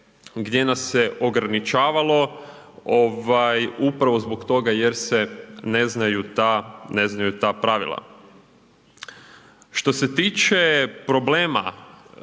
gdje nas se ograničavalo upravo zbog toga jer se ne znaju ta pravila. Što se tiče problema